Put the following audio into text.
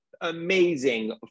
amazing